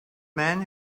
men